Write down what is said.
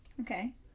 Okay